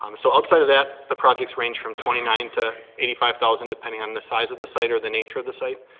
um so outside of that, the projects range from twenty nine to eighty five thousand depending on the size of the site or the nature of the site.